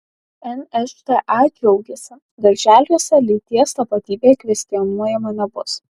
nšta džiaugiasi darželiuose lyties tapatybė kvestionuojama nebus